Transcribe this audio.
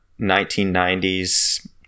1990s